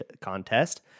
contest